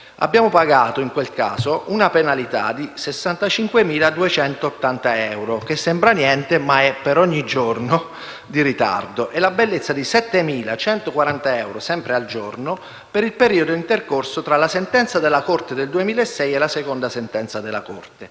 abbiamo pagato una penalità di 65.280 euro (sembra niente, ma la cifra è per ogni giorno di ritardo) e la bellezza di 7.140 euro (sempre al giorno) per il periodo intercorso tra la sentenza del 2006 e la seconda sentenza della Corte